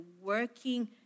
working